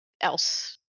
else